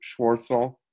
Schwartzel